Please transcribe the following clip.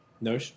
No